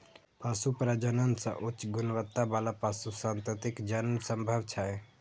पशु प्रजनन सं उच्च गुणवत्ता बला पशु संततिक जन्म संभव छै